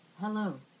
hello